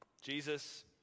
Jesus